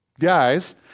guys